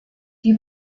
die